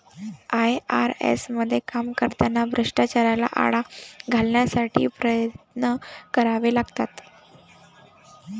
IRS मध्ये काम करताना भ्रष्टाचाराला आळा घालण्यासाठी प्रयत्न करावे लागतात